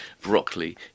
broccoli